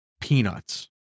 peanuts